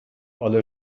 alle